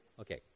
Okay